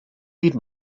leave